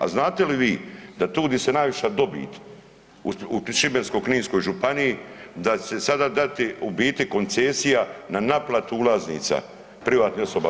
A znate li vi da tu gdi se najviša dobit u Šibensko-kninskoj županiji da će se sada dati u biti koncesija na naplatu ulaznica, privatnim osobama.